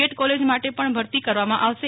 add college માટે પણ ભરતી કરવામાં આવશે